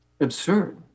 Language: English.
absurd